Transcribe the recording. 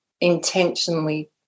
intentionally